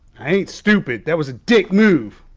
i ain't stupid. that was a dick move.